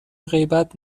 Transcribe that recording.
غیبت